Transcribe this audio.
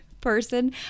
person